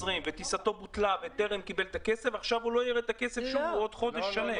וטיסתו בוטלה לא יראה את הכסף עוד חודש שלם.